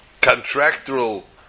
contractual